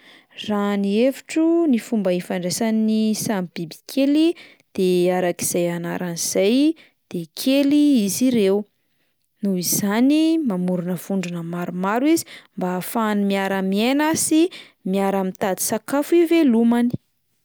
Raha ny hevitro, ny fomba ifandraisan'ny samy bibikely de arak'izay anarany izay de kely izy ireo, noho izany mamorona vondrona maromaro izy mba ahafahany miara-miaina sy miara-mitady sakafo ivelomany.